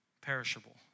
perishable